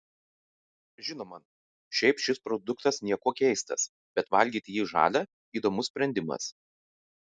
žinoma šiaip šis produktas niekuo keistas bet valgyti jį žalią įdomus sprendimas